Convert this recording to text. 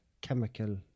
chemical